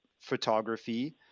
photography